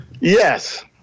Yes